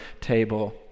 table